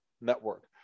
Network